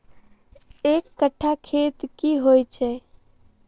एक कट्ठा खेत की होइ छै?